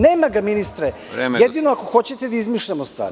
Nema ga ministre, jedino ako hoćete da izmišljamo stvari.